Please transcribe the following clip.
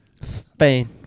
Spain